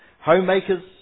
homemakers